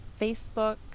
Facebook